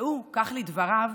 והוא, כך לדבריו,